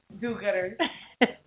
do-gooders